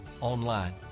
online